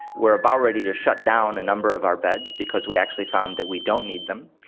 we are about ready to shut down a number of our beds because we actually found that we don't need them.